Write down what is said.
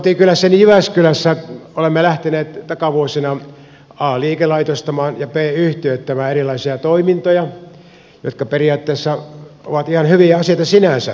kotikylässäni jyväskylässä olemme lähteneet takavuosina a liikelaitostamaan ja b yhtiöittämään erilaisia toimintoja jotka periaatteessa ovat ihan hyviä asioita sinänsä